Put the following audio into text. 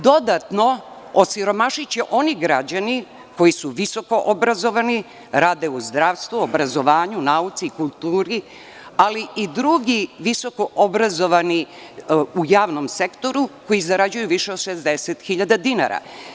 Dodatno osiromašiće oni građani koji su visokoobrazovani, rade u zdravstvu, obrazovanju, nauci, kulturi, ali i drugi visokoobrazovani u javnom sektoru koji zarađuju više od 60.000 dinara.